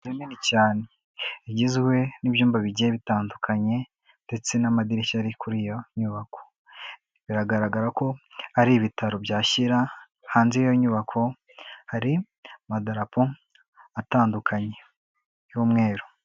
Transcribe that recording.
Inzu nini cyane igizwe n'ibyumba bigiye bitandukanye ndetse n'amadirishya ari kuri iyo nyubako, biragaragara ko ari ibitaro bya Shyira, hanze y'iyo nyubako hari amadarapo atandukanye y'umweru.